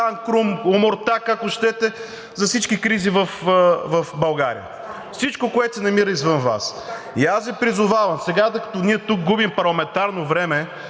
Крум, Омуртаг, ако щете, за всички кризи в България – всичко, което се намира извън Вас. И аз Ви призовавам сега, докато ние тук губим парламентарно време